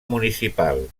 municipal